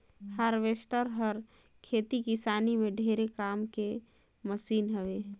harvester हर खेती किसानी में ढेरे काम के मसीन हवे